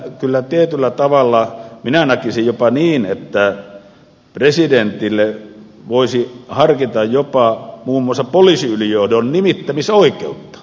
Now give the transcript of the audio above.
eli kyllä tietyllä tavalla minä näkisin jopa niin että presidentille voisi harkita jopa muun muassa poliisiylijohdon nimittämisoikeutta